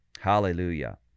Hallelujah